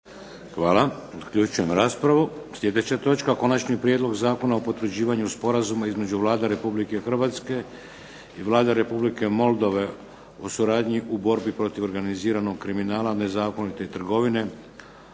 Vladimir (HDZ)** Sljedeća točka - Konačni prijedlog Zakona o potvrđivanju sporazuma između Vlade Republike Hrvatske i Vlade Republike Moldove o suradnji u borbi protiv organiziranog kriminala, nezakonite trgovine